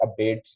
updates